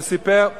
שסיפר,